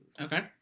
Okay